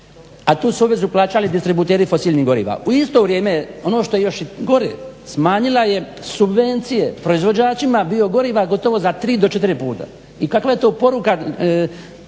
A tu su obvezu plaćali distributeri fosilnih goriva u isto vrijeme ono što je još i gore smanjila je subvencije proizvođačima bio goriva gotovo za tri do četiri puta. I kakva je to poruka